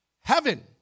Heaven